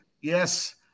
Yes